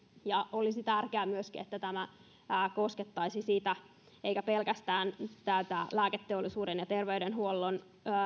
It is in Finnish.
ja olisi tärkeää että tämä koskettaisi myös sitä eikä pelkästään tätä lääketeollisuuden ja terveydenhuollon